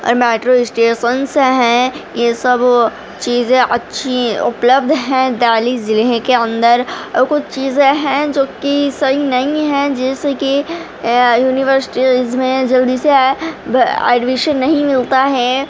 اور metro stations ہیں یہ سب چیزیں اچھی اپلبدھ ہیں دہلی ضلعے کے اندر اور کچھ چیزیں ہیں جو کہ صحیح نہیں ہیں جیسے کہ یونیورسیٹیز میں جلدی سے ایڈمیشن نہیں ملتا ہے